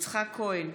יצחק כהן,